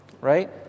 right